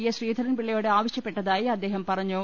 S ശ്രീധരൻപി ള്ളയോട് ആവശ്യപ്പെട്ടതായി അദ്ദേഹം പറഞ്ഞു